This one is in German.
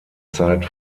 zeit